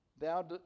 Thou